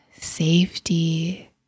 safety